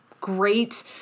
great